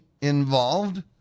involved